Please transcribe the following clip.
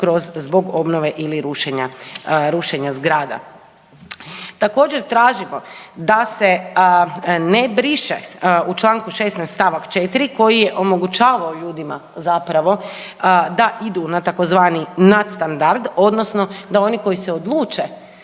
kroz zbog obnove ili rušenja, rušenja zgrada. Također tražimo da se ne briše u čl. 16. st. 4. koji je omogućavao ljudima zapravo da idu na tzv. nadstandard odnosno da oni koji se odluče